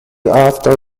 after